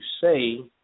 say